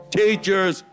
teachers